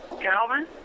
Calvin